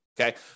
Okay